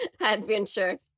adventure